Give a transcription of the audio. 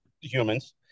humans